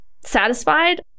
satisfied